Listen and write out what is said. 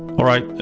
alright,